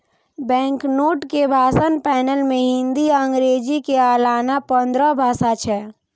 banknote के भाषा panel मे हिंदी आ अंग्रेजी के अलाना पंद्रह भाषा छै